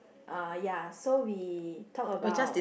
uh ya so we talk about